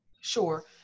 Sure